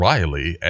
Riley